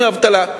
מאבטלה.